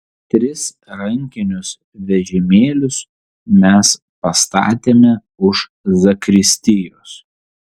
tris rankinius vežimėlius mes pastatėme už zakristijos